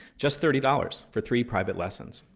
just thirty dollars for three private lessons,